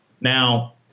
Now